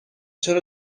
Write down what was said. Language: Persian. چرا